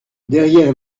derrière